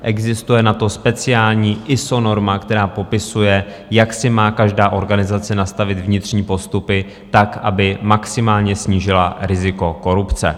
Existuje na to speciální ISO norma, která popisuje, jak si má každá organizace nastavit vnitřní postupy tak, aby maximálně snížila riziko korupce.